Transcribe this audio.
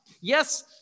Yes